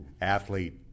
athlete